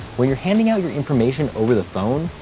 when you're handing out your information over the phone,